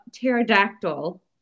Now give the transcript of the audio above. pterodactyl